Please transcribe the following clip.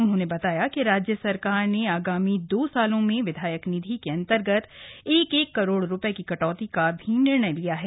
उन्होंने बताया कि राज्य सरकार ने आगामी दो सालों में विधायक निधि के अन्तर्गत एक एक करोड़ रुपये की कटौती का भी निर्णय लिया है